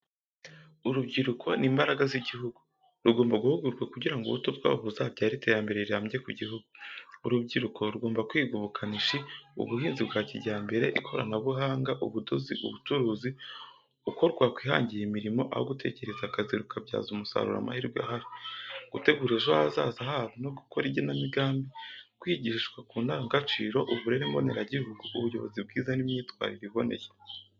Urubyiruko ni imbaraga z'igihugu, rugomba guhugurwa kugira ngo ubuto bwabo buzabyare iterambere rirambye ku gihugu. Urubyiruko rugomba kwiga ubukanishi, ubuhinzi bwa kijyambere, ikoranabuhanga, ubudozi, ubucuruzi, uko rwakwihangira imirimo aho gutegereza akazi rukabyaza umusaruro amahirwe ahari, gutegura ejo hazaza habo no gukora igenamigambi, kwigishwa ku ndangagaciro, uburere mboneragihugu, ubuyobozi bwiza n’imyitwarire iboneye.